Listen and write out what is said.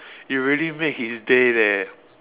you really make his day leh